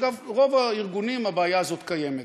אגב, ברוב הארגונים הבעיה הזאת קיימת.